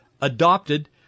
adopted